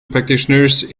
practitioners